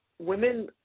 Women